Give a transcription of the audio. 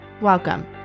Welcome